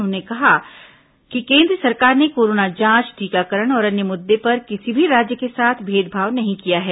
उन्होंने कहा कि केन्द्र सरकार ने कोरोना जांच टीकाकरण और अन्य मुद्दे पर किसी भी राज्य के साथ भेदभाव नहीं किया है